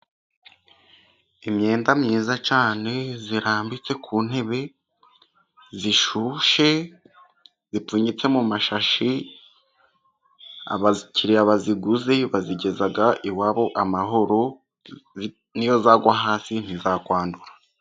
Imyenda myiza cyane irambitse ku ntebe zishyushye zipfunyitse mu masashi abakiriya bayiguze bayigeza iwabo amahoro niyo yagwa hasi ntizakwandura.